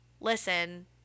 listen